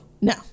No